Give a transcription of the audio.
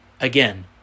Again